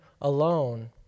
alone